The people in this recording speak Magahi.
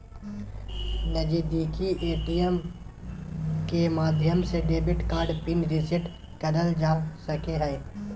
नजीदीकि ए.टी.एम के माध्यम से डेबिट कार्ड पिन रीसेट करल जा सको हय